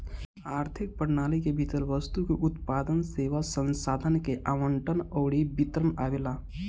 आर्थिक प्रणाली के भीतर वस्तु के उत्पादन, सेवा, संसाधन के आवंटन अउरी वितरण आवेला